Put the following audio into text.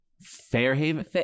Fairhaven